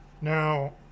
Now